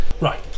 Right